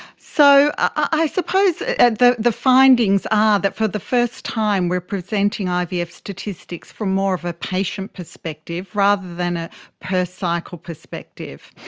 so i suppose and the the findings are that for the first time we are presenting ivf statistics from more of a patient perspective rather than a per cycle perspective,